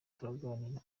turaganira